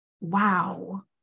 wow